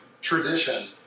tradition